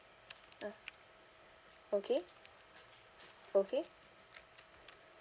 uh okay okay